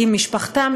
עם משפחתם,